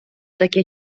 таке